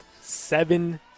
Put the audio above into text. seven